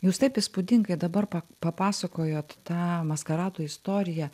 jūs taip įspūdingai dabar pa papasakojot tą maskarado istoriją